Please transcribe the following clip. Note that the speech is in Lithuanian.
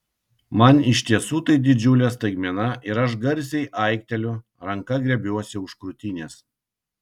man iš tiesų tai didžiulė staigmena ir aš garsiai aikteliu ranka griebiuosi už krūtinės